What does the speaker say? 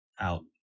out